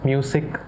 Music